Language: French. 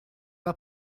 pas